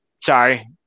sorry